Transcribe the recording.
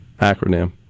acronym